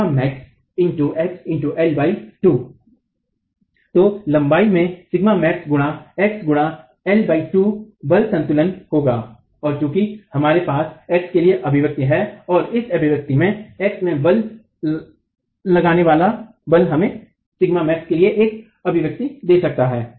तो लंबाई में सिग्मा मैक्स गुणा एक्स गुणा एल 2 बल संतुलन होगा और चूंकि अब हमारे पास x के लिए अभिव्यक्ति है और इस अभिव्यक्ति में x में बल लगाने वाला बल हमें σmax के लिए एक अभिव्यक्ति दे सकता है